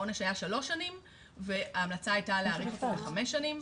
העונש היה שלוש שנים וההמלצה הייתה להאריך אותו לחמש שנים.